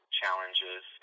challenges